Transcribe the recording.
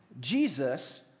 Jesus